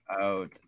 out